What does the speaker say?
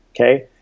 Okay